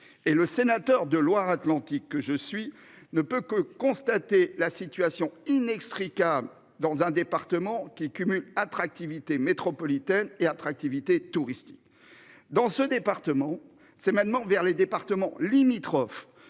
et le sénateur de Atlantique que je suis ne peut que constater la situation inextricable dans un département qui cumule attractivité métropolitaine et attractivité touristique dans ce département, c'est maintenant vers les départements limitrophes